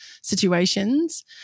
situations